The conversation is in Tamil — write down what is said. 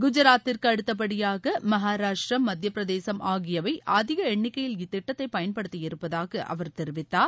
குஜராத்திற்கு அடுத்தபடியாக மகாராஷ்டிரம் மத்தியபிரதேசும் ஆகியவை அதிக எண்ணிக்கையில் இத்திட்டத்தை பயன்படுத்தி இருப்பதாக அவர் தெரிவித்தார்